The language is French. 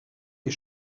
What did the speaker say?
les